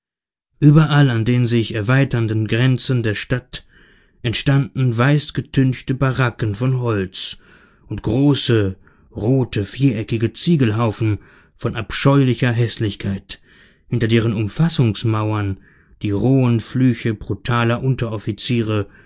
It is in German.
ueberall an den sich erweiternden grenzen der stadt entstanden weißgetünchte baracken von holz und große rote viereckige ziegelhaufen von abscheulicher häßlichkeit hinter deren umfassungsmauern die rohen flüche brutaler unteroffiziere